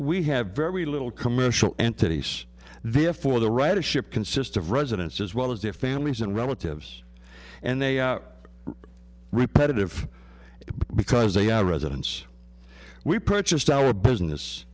we have very little commercial entities therefore the ridership consists of residents as well as their families and relatives and they out repetitive because they have a residence we purchased our business